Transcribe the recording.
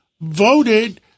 voted